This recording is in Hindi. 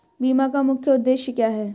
बीमा का मुख्य उद्देश्य क्या है?